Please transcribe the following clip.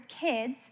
kids